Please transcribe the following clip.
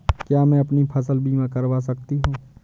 क्या मैं अपनी फसल बीमा करा सकती हूँ?